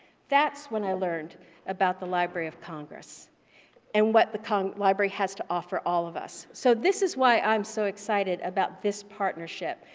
that's when i learned about the library of congress and what the library has to offer all of us. so this is why i'm so excited about this partnership,